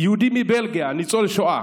יהודי מבלגיה, ניצול שואה,